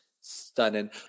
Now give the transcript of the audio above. Stunning